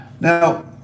Now